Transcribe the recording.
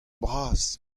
bras